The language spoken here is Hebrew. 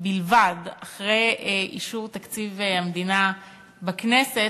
בלבד אחרי אישור תקציב המדינה בכנסת,